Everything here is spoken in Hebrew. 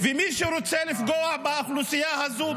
ומי שרוצה לפגוע באוכלוסייה הזו,